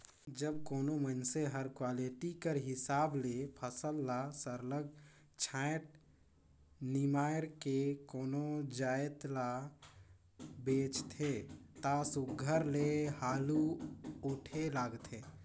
जब कोनो मइनसे हर क्वालिटी कर हिसाब ले फसल ल सरलग छांएट निमाएर के कोनो जाएत ल बेंचथे ता सुग्घर ले हालु उठे लगथे